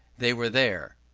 they were there.